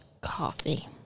coffee